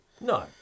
No